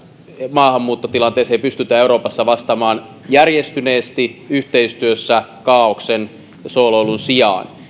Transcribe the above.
maahanmuuttotilanteeseen pystytään euroopassa vastaamaan järjestyneesti yhteistyössä kaaoksen ja sooloilun sijaan